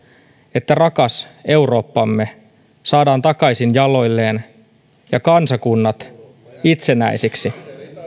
että rakas eurooppamme saadaan takaisin jaloilleen ja kansakunnat itsenäisiksi